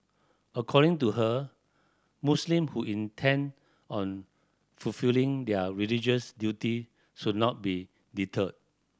according to her Muslim who intend on fulfilling their religious duty should not be deterred